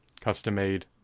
custom-made